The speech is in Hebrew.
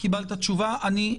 -- תודה.